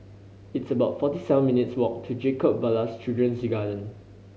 it's about forty seven minutes' walk to Jacob Ballas Children's Garden